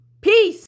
Peace